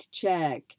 check